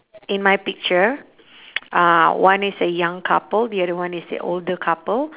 in my picture uh one is a young couple the other one is the older couple